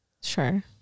Sure